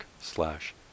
slash